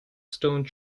stone